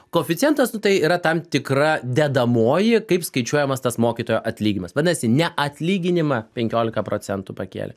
koeficientas nu tai yra tam tikra dedamoji kaip skaičiuojamas tas mokytojo atlyginimas vadinasi ne atlyginimą penkiolika procentų pakėlė